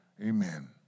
Amen